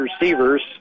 receivers